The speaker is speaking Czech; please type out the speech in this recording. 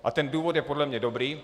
A ten důvod je podle mě dobrý.